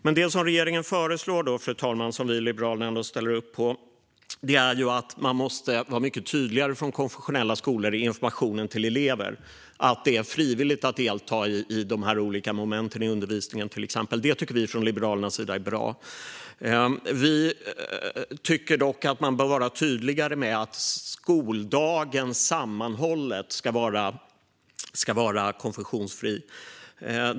Men det som regeringen föreslår, fru talman, som vi i Liberalerna ställer upp på är att man måste vara mycket tydligare från konfessionella skolor i informationen till elever om att det är frivilligt att delta i dessa olika moment i undervisningen, till exempel. Det tycker vi från Liberalernas sida är bra. Vi tycker dock att man bör vara tydligare med att den sammanhållna skoldagen ska vara konfessionsfri.